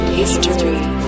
History